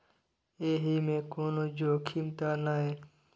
एहि मे कोनो जोखिम त नय?